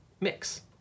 mix